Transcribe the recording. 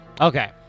Okay